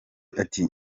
ati